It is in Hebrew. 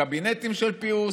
קבינטים של פיוס,